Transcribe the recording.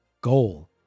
goal